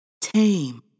tame